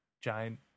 giant